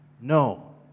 No